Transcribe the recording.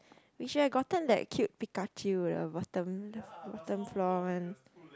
we should have gotten that cute Pikachu the bottom bottom floor one